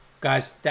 Guys